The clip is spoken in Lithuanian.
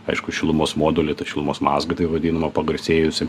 aišku šilumos modulį tą šilumos mazgą taip vadinamą pagarsėjusį